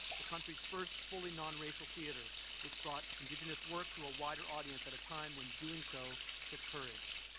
the country's first fully non-racial theatre, which brought indigenous work to a wider audience at a time when doing so took courage.